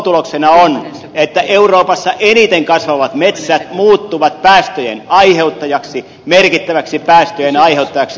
lopputuloksena on että euroopassa eniten kasvavat metsät muuttuvat päästöjen aiheuttajaksi merkittäväksi päästöjen aiheuttajaksi